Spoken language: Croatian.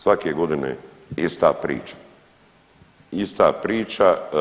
Svake godine ista priča, ista priča.